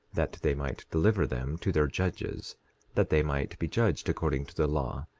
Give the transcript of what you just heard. that they might deliver them to their judges that they might be judged according to the law,